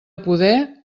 poder